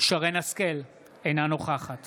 שרן מרים השכל, אינה נוכחת